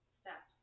step